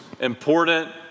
important